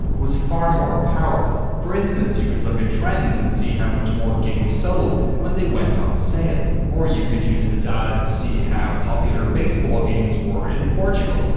was far more powerful. for instance, you could look at trends and see how must more games sold when they went on sale. or you could use the data to see how popular baseball games were in portugal.